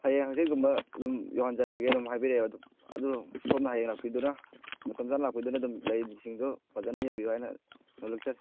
ꯍꯌꯦꯡ ꯍꯥꯡꯆꯤꯠꯀꯨꯝꯕ ꯑꯗꯨꯝ ꯌꯧꯍꯟꯖꯔꯛꯑꯒꯦ ꯑꯗꯨꯝ ꯍꯥꯏꯕꯤꯔꯛꯑꯦ ꯑꯗꯨ ꯁꯣꯝꯅ ꯍꯌꯦꯡ ꯂꯥꯛꯄꯤꯗꯨꯅ ꯃꯇꯝ ꯆꯥꯅ ꯂꯥꯛꯄꯤꯗꯨꯅ ꯑꯗꯨꯝ ꯂꯩꯁꯤꯡꯗꯣ ꯐꯖꯅ ꯌꯦꯡꯕꯤꯌꯨ ꯍꯥꯏꯅ ꯅꯣꯡꯂꯨꯛꯆꯔꯤ